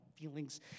feelings